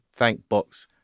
Thankbox